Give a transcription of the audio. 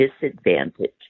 disadvantage